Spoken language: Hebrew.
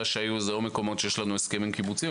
שהיו היו מקומות שיש לנו הסכמים קיבוציים.